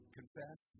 confess